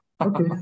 Okay